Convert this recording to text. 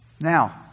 Now